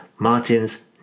Martins